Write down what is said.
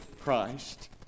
Christ